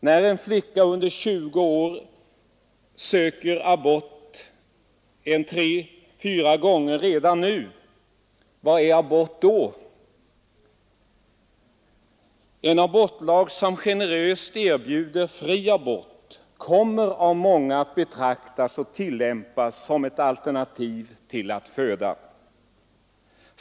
När en flicka under 20 år redan har sökt abort tre fyra gånger, vad är abort då? En abortlag som generöst erbjuder fri abort kommer av många att betraktas och tillämpas som ett alternativ till att föda.